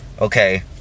Okay